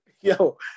Yo